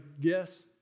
guess